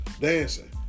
dancing